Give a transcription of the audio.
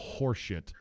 horseshit